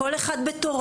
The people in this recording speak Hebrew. כל אחד בתורו.